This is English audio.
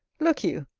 look you!